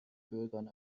bürgern